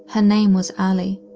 ah name was allie.